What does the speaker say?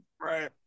Right